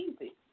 easy